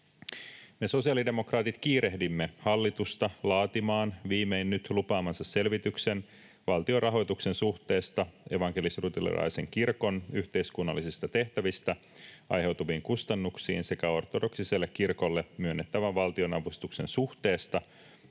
Me sosiaalidemokraatit kiirehdimme hallitusta laatimaan viimein nyt lupaamansa selvityksen valtionrahoituksen suhteesta evankelis-luterilaisen kirkon yhteiskunnallisista tehtävistä aiheutuviin kustannuksiin sekä ortodoksiselle kirkolle myönnettävän valtionavustuksen suhteesta